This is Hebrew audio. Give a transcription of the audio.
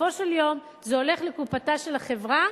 בסופו של יום זה הולך לקופתה של החברה